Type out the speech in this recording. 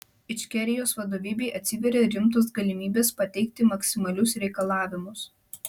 ičkerijos vadovybei atsiveria rimtos galimybės pateikti maksimalius reikalavimus